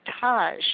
taj